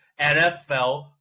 NFL